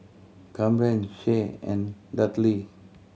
Camren Shae and Dudley